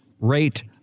rate